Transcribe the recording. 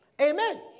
Amen